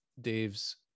Dave's